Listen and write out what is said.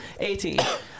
18